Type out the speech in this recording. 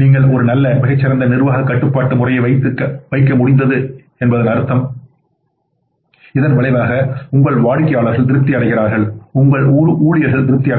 நீங்கள் ஒரு நல்ல மிகச் சிறந்த நிர்வாகக் கட்டுப்பாட்டு முறையை வைக்க முடிந்தது என்பதன் அர்த்தம் இதன் விளைவாக உங்கள் வாடிக்கையாளர்கள் திருப்தி அடைகிறார்கள் உங்கள் ஊழியர்கள் திருப்தி அடைகிறார்கள்